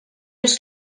els